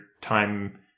time